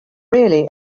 really